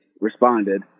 responded